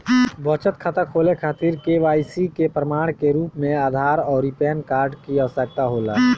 बचत खाता खोले खातिर के.वाइ.सी के प्रमाण के रूप में आधार आउर पैन कार्ड की आवश्यकता होला